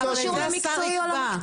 אבל זה לא קשור למקצועי או לא מקצועי.